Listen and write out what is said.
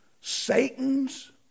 Satan's